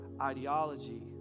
ideology